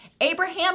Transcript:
Abraham